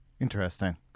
Interesting